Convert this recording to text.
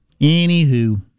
Anywho